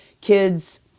Kids